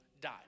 died